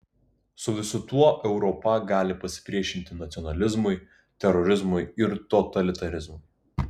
su visu tuo europa gali pasipriešinti nacionalizmui terorizmui ir totalitarizmui